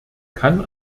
kann